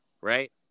right